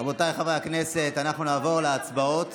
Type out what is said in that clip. רבותיי חברי הכנסת, נעבור להצבעות.